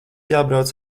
jābrauc